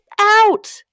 out